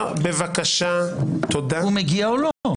הוא מגיע או לא?